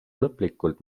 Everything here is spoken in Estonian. lõplikult